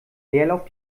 leerlauf